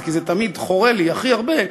כי זה תמיד חורה לי הכי הרבה: